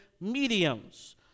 mediums